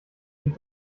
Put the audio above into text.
die